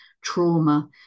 trauma